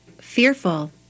fearful